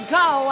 go